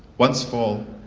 once full,